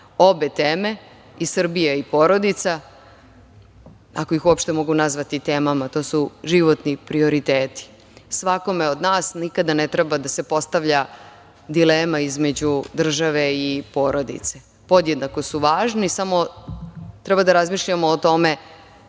obe teme, i Srbija i porodica, ako ih uopšte mogu nazvati temama, to su životni prioriteti. Svakome od nas nikada ne treba da se postavlja dilema između države i porodice. Podjednako su važni samo treba da razmišljamo o tome